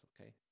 okay